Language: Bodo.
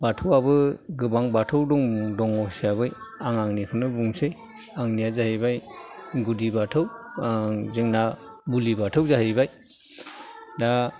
बाथौआबो गोबां बाथौ दं दङ हिसाबै आं आंनिखौनो बुंनोसै आंनिआ जाहैबाय गुदि बाथौ आं जोंना बुलि बाथौ जाहैबाय दा